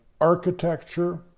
architecture